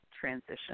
transition